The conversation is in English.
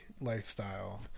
lifestyle